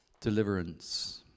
deliverance